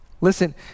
Listen